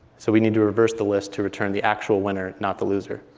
so we need to reverse the list to return the actual winner, not the loser.